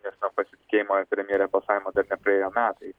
nes pasitikėjimo premjere balsavimo dar nepraėjo metai